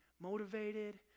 motivated